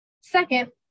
Second